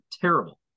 terrible